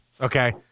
okay